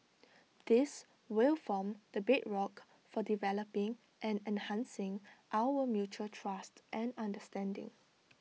this will form the bedrock for developing and enhancing our mutual trust and understanding